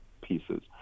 pieces